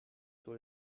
sur